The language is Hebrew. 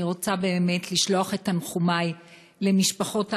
אני רוצה לשלוח את תנחומי למשפחות האבלות,